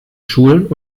schulen